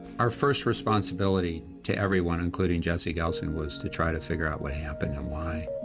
our first responsibility to everyone, including jesse gelsinger, was to try to figure out what happened and why.